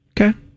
Okay